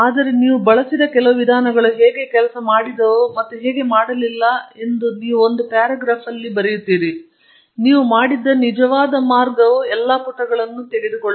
ಆದ್ದರಿಂದ ನೀವು ಬಳಸಿದ ಕೆಲವು ವಿಧಾನಗಳು ಹೇಗೆ ಕೆಲಸ ಮಾಡದವು ಮತ್ತು ಹೇಗೆ ನೀವು ಮಾಡಲಿಲ್ಲ ಎಂಬ ಬಗ್ಗೆ ಒಂದು ಪ್ಯಾರಾಗ್ರಾಫ್ ಅನ್ನು ನೀವು ಬರೆಯುತ್ತೀರಿ ಮತ್ತು ನೀವು ಮಾಡಿದ್ದ ನಿಜವಾದ ಮಾರ್ಗವು ಎಲ್ಲಾ ಪುಟಗಳನ್ನು ತೆಗೆದುಕೊಳ್ಳುತ್ತದೆ